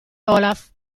olaf